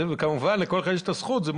כמובן שלכל אחד יש את הזכות הזאת,